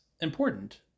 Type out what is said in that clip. important